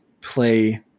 play